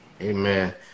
Amen